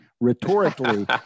rhetorically